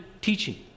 teaching